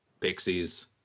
pixies